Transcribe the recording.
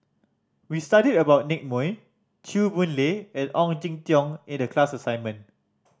we studied about Nicky Moey Chew Boon Lay and Ong Jin Teong in the class assignment